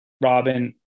Robin